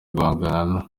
guhangana